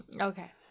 okay